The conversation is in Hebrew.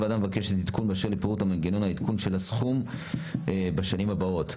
הוועדה מבקשת עדכון באשר לפירוט מנגנון העדכון של הסכום בשנים הבאות.